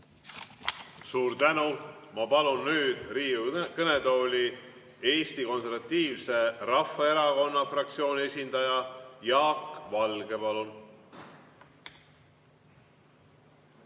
Suur tänu! Ma palun nüüd Riigikogu kõnetooli Eesti Konservatiivse Rahvaerakonna fraktsiooni esindaja Jaak Valge.